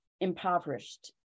impoverished